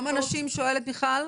כמה נשים השתלבו בתוכנית הזו ככה?